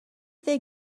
they